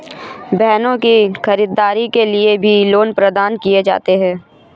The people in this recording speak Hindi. वाहनों की खरीददारी के लिये भी लोन प्रदान किये जाते हैं